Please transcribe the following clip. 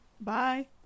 Bye